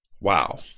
Wow